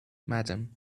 madam